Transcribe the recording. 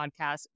podcast